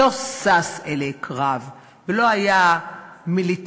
לא שש אלי קרב ולא היה "מיליטריסט".